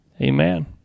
Amen